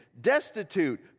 destitute